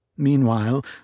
Meanwhile